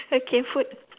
okay food